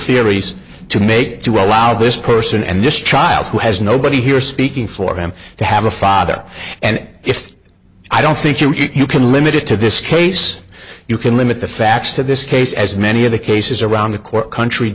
theories to make to allow this person and this child who has nobody here speaking for them to have a father and if i don't think you can limit it to this case you can limit the facts to this case as many of the cases around the court country